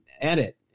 edit